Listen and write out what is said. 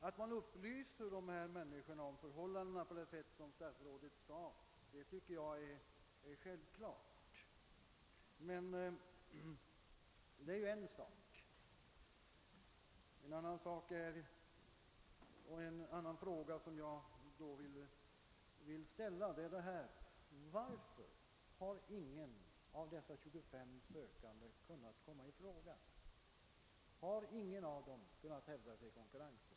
Att man upplyser dessa människor om förhållandena på det sätt som statsrådet nämnde tycker jag är självklart, men det är en sak för sig. Jag vill ställa den direkta frågan: Varför har ingen av dessa 25 sökande kunnat komma i fråga? Har ingen av dem kunnat hävda sig i konkurrensen?